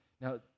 Now